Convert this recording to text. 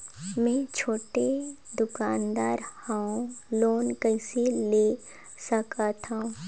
मे छोटे दुकानदार हवं लोन कइसे ले सकथव?